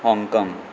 Hong Kong